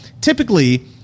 Typically